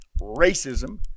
racism